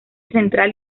central